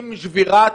עם שבירת